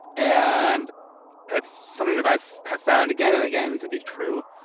and that's something that i have found again and again to be true.